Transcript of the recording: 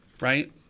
Right